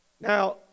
Now